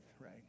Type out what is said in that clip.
right